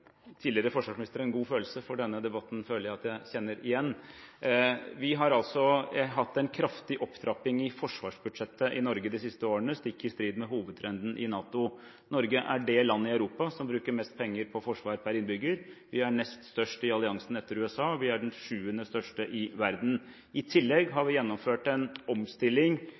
god følelse, for denne debatten føler jeg at jeg kjenner igjen. Vi har hatt en kraftig opptrapping i forsvarsbudsjettet i Norge de siste årene, stikk i strid med hovedtrenden i NATO. Norge er det landet i Europa som bruker mest penger på forsvar per innbygger. Vi er nest størst i alliansen etter USA, og vi er sjuende størst i verden. I tillegg har vi gjennomført en omstilling